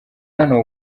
hano